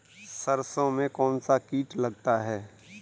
सरसों में कौनसा कीट लगता है?